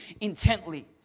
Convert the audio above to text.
intently